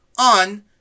on